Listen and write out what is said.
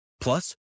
Plus